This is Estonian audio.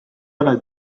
ole